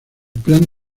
plan